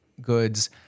goods